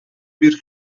bir